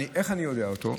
איך אני איך יודע את זה?